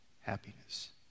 happiness